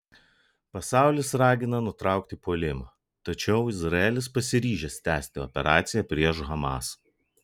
pasaulis ragina nutraukti puolimą tačiau izraelis pasiryžęs tęsti operaciją prieš hamas